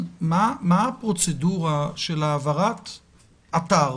מה הפרוצדורה של העברת אתר,